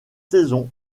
saison